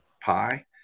pie